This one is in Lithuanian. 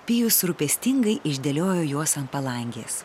pijus rūpestingai išdėliojo juos ant palangės